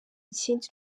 ikindi